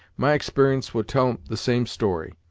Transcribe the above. my exper'ence would tell the same story,